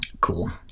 Cool